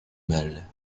mal